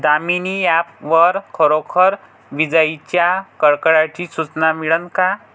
Damini app वर खरोखर विजाइच्या कडकडाटाची सूचना मिळन का?